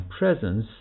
presence